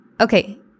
okay